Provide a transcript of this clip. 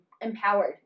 empowered